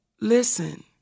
listen